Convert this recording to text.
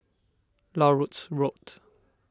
Larut Road